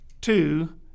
Two